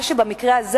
מה שהיה במקרה הזה,